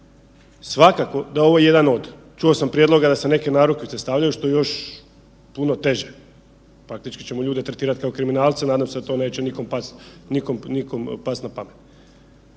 Svakako da je ovo jedan od, čuo sam prijedloga da se neke narukvice stavljaju, što je još puno teže, faktički ćemo ljude tretirat kao kriminalce, nadam se da to neće nikom past,